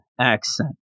accent